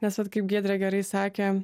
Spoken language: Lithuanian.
nes vat kaip giedrė gerai sakė